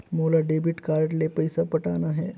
मोला debit card ले पइसा पटाना हे?